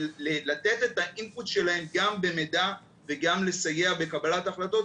ולתת את האינפוט שלהם גם במידע וגם לסייע בקבלת החלטות,